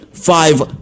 Five